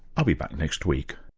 i'll be back next week